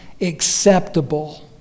acceptable